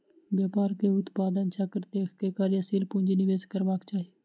व्यापार के उत्पादन चक्र देख के कार्यशील पूंजी निवेश करबाक चाही